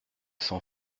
cent